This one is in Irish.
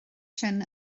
sin